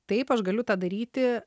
taip aš galiu tą daryti